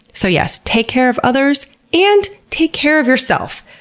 so yes, take care of others and take care of yourself!